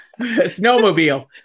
snowmobile